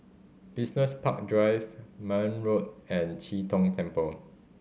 Business Park Drive Marne Road and Chee Tong Temple